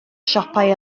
siopau